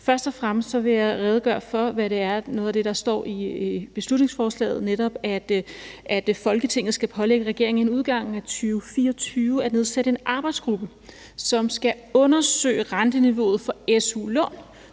Først og fremmest vil jeg redegøre for noget af det, der står i beslutningsforslaget, altså at Folketinget skal pålægge regeringen inden udgangen af 2024 at nedsætte en arbejdsgruppe, som skal undersøge renteniveauet for su-lån